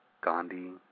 Gandhi